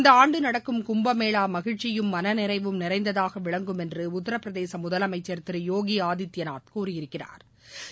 இந்தஆண்டுநடக்கும் கும்பமேளாமகிழ்ச்சியும் மனநிறைவும் நிறைந்ததாகவிளங்கும் என்றுஉத்தரபிரதேசமுதலமைச்சா் திருயோகிஆதித்யநாத் கூறியிருக்கிறாா்